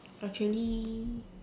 actually